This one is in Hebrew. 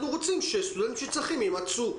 אנחנו רוצים שסטודנטים שצריכים ימצו.